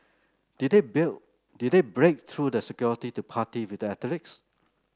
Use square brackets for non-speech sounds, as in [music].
did they [unintelligible] did they break through the security to party with the athletes